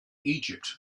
egypt